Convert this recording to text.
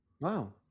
Wow